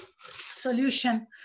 solution